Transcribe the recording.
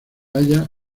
halla